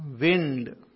wind